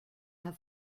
have